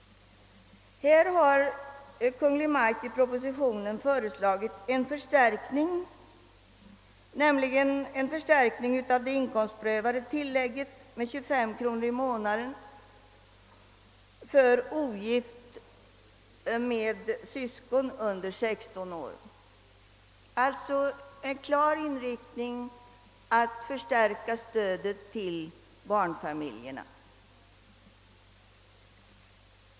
I propositionen föreslås en förstärkning av det inkomstprövade tillägget med 25 kronor i månaden för ogift studerande som har syskon under 16 år. Det är alltså en klar inriktning på att förstärka stödet till barnfamiljer.